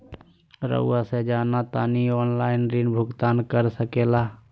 रहुआ से जाना तानी ऑनलाइन ऋण भुगतान कर सके ला?